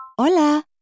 Hola